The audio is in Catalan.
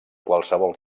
qualsevol